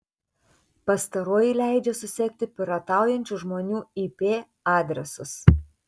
pastaroji leidžia susekti pirataujančių žmonių ip adresus